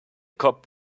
cop